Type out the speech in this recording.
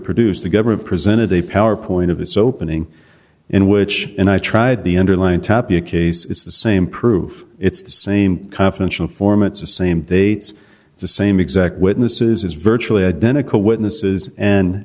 produce the government presented a power point of its opening in which and i tried the underlying tapia case it's the same proof it's the same confidential informants the same day it's the same exact witnesses is virtually identical witnesses and